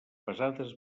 pesades